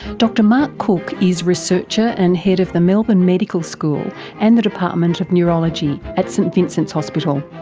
dr mark cook is researcher and head of the melbourne medical school and the department of neurology at st vincent's hospital.